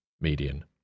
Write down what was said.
median